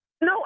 No